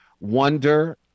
wonder